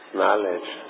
knowledge